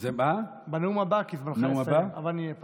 אבל אני אהיה פה.